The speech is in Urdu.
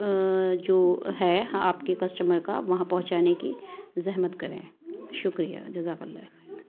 جو ہے آپ کے کسٹمر کا وہاں پہنچانے کی زحمت کریں شکریہ جزاک اللہ خیر